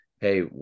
hey